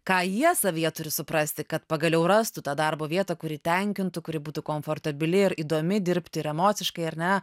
ką jie savyje turi suprasti kad pagaliau rastų tą darbo vietą kuri tenkintų kuri būtų komfortabili ir įdomi dirbti ir emociškai ar ne